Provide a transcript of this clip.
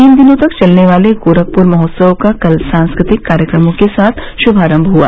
तीन दिनों तक चलने वाले गोरखपुर महोत्सव का कल सांस्कृतिक कार्यक्रमों के साथ शुमारंग हुआ